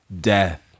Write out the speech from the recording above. death